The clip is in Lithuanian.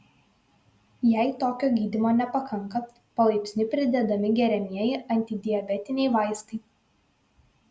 jei tokio gydymo nepakanka palaipsniui pridedami geriamieji antidiabetiniai vaistai